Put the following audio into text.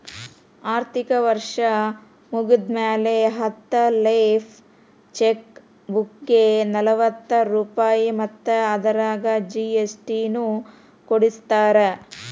ಆರ್ಥಿಕ ವರ್ಷ್ ಮುಗ್ದ್ಮ್ಯಾಲೆ ಹತ್ತ ಲೇಫ್ ಚೆಕ್ ಬುಕ್ಗೆ ನಲವತ್ತ ರೂಪಾಯ್ ಮತ್ತ ಅದರಾಗ ಜಿ.ಎಸ್.ಟಿ ನು ಕೂಡಸಿರತಾರ